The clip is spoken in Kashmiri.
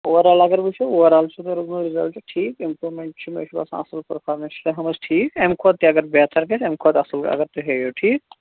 اووَر آل اَگر وُچھو اوور آل چھُ تۄہہِ روٗدمُت رِزَلٹہٕ ٹھیٖک اِمپرومٮ۪نٹ چھِ مےٚ چھِ باسان اصٕل پٔرفارمٮ۪نس چھِ تۄہہِ ہٲومٕژ ٹھیٖک اَمہِ کھۄتہِ تہِ اگر بہتر گَژھِ اَمہِ کھۄتہِ اصٕل اَگر تُہی ہٲوِو ٹھیٖک